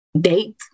date